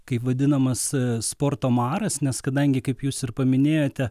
kaip vadinamas sporto maras nes kadangi kaip jūs ir paminėjote